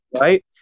right